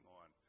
on